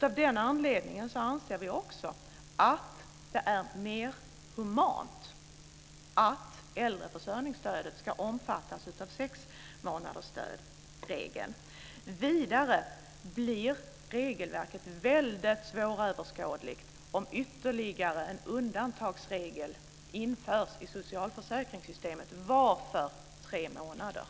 Av den anledningen anser vi också att det är mer humant att äldreförsörjningsstödet ska omfattas av sexmånadersregeln. Vidare blir regelverket svåröverskådligt om ytterligare en undantagsregel införs i socialförsäkringssystemet. Varför tre månader?